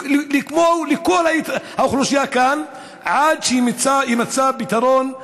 כמו לכל האוכלוסייה כאן, עד שיימצא פתרון.